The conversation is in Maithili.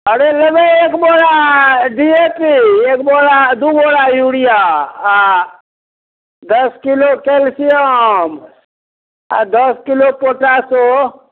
अरे लेबै एक बोरा डी ए पी एक बोरा दू बोरा यूरिया आ दस किलो कैल्सियम आ दस किलो पोटाशो